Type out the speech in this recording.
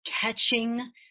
catching